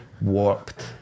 Warped